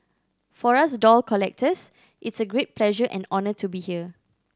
for us doll collectors it's a great pleasure and honour to be here